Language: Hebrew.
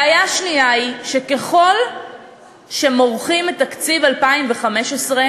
בעיה שנייה היא, שככל שמורחים את תקציב 2015,